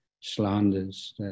slanders